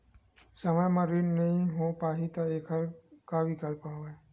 समय म ऋण नइ हो पाहि त एखर का विकल्प हवय?